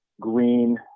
green